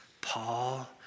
Paul